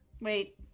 Wait